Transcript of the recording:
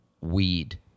weed